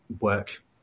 work